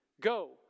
go